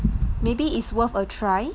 maybe is worth a try